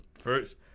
First